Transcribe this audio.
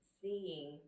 seeing